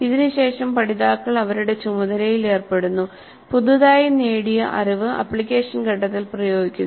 ഇതിനുശേഷം പഠിതാക്കൾ അവരുടെ ചുമതലയിൽ ഏർപ്പെടുന്നു പുതുതായി നേടിയ അറിവ് ആപ്ലിക്കേഷൻ ഘട്ടത്തിൽ പ്രയോഗിക്കുന്നു